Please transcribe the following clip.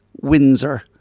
Windsor